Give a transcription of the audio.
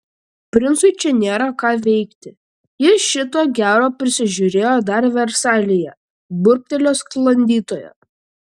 princui čia nėra ką veikti jis šito gero prisižiūrėjo dar versalyje burbtelėjo sklandytoja